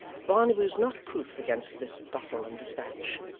barnaby was not proof against this bustle and despatch.